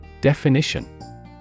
Definition